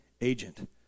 agent